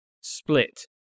split